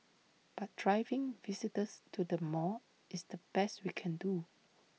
but driving visitors to the mall is the best we can do